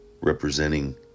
Representing